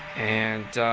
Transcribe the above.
and